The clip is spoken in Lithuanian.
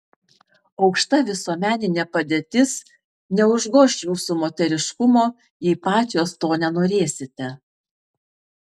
aukšta visuomeninė padėtis neužgoš jūsų moteriškumo jei pačios to nenorėsite